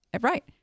Right